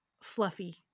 fluffy